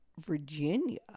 Virginia